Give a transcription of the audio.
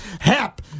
Hap